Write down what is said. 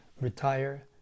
retire